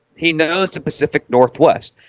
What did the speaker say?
he knows the pacific northwest.